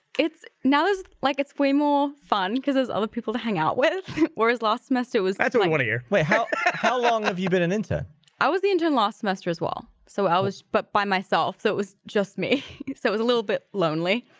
it's now is like. it's way more fun cuz there's other people to hang out with or his last semester was that's one like of year wait how how long have you been an intent i was the engine lost semester as well, so i was but by myself so it was just me, so it was a little bit lonely,